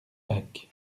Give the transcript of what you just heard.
bac